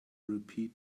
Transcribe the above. repeat